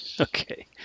Okay